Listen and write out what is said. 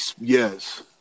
Yes